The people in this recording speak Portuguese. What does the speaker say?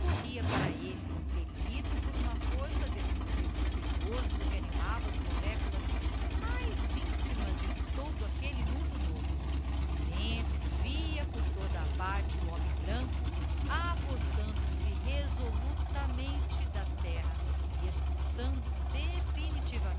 corria para elle impeliido por uma força d'esse poder mysterioso que animava as moléculas mais intimas de todo aquelle mundo novo e lentz via por toda p parte o homem branco apossando se resolutamente da terra e expulsando definitivamente o